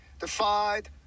defied